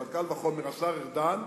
אבל קל וחומר השר ארדן,